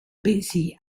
bensì